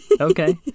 Okay